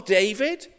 david